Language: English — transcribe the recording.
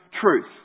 truth